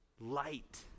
light